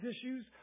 issues